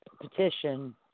petition